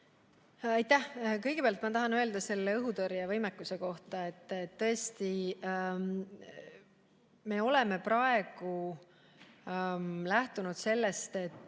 Aitäh! Kõigepealt tahan öelda õhutõrjevõimekuse kohta, et me oleme praegu lähtunud sellest, et